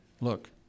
look